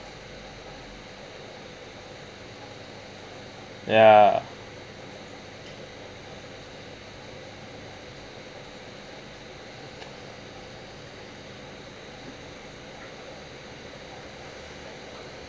ya